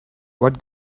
what